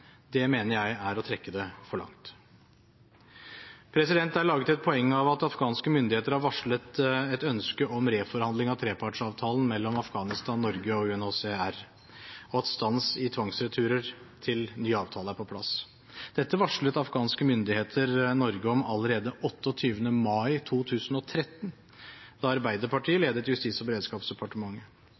Det mener jeg er å trekke det for langt. Det er laget et poeng av at afghanske myndigheter har varslet et ønske om reforhandling av trepartsavtalen mellom Afghanistan, Norge og UNHCR og stans i tvangsreturer til ny avtale er på plass. Dette varslet afghanske myndigheter Norge om allerede 28. mai 2013, da Arbeiderpartiet ledet Justis- og beredskapsdepartementet.